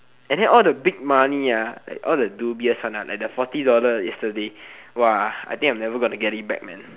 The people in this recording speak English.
and then all the big money like all the dubious one like the forty dollars yesterday !wah! I think I'm never gonna get it back man